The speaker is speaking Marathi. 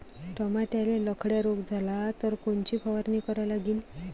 टमाट्याले लखड्या रोग झाला तर कोनची फवारणी करा लागीन?